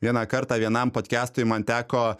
vieną kartą vienam podkestui man teko